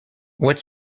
what